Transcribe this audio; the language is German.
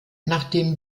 nachdem